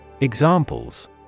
Examples